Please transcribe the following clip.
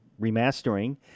remastering